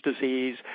Disease